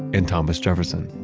and thomas jefferson.